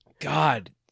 God